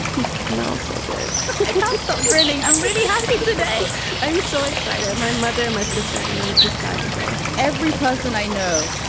he smells so good i can't stop grinning. i'm really happy today i'm so excited. my mother, my sister gone and it just died from jealousy every person i know.